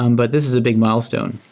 um but this is a big milestone.